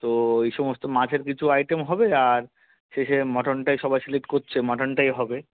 তো এই সমস্ত মাছের কিছু আইটেম হবে আর শেষে মাটনটাই সবাই সিলেক্ট করছে মাটনটাই হবে